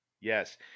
Yes